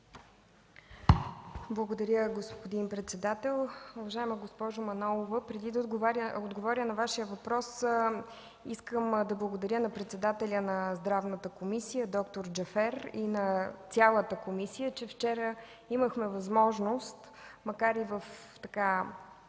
Благодаря, господин председател. Уважаема госпожо Манолова, преди да отговоря на Вашия въпрос, искам да благодаря на председателя на Здравната комисия д-р Джафер и на цялата комисия – вчера имахме възможност, макар и не